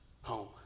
home